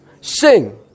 Sing